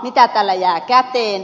mitä tällä jää käteen